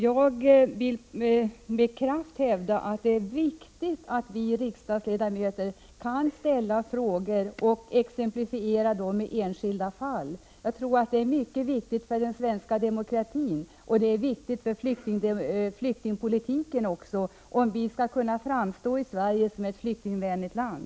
Jag vill med kraft hävda att det är viktigt att vi riksdagsledamöter kan ställa frågor och då exemplifiera med enskilda fall — det tror jag är mycket viktigt för den svenska demokratin. Det är också viktigt för flyktingpolitiken, om Sverige skall kunna framstå som ett flyktingvänligt land.